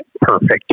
Perfect